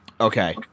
Okay